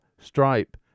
Stripe